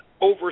over